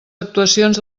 actuacions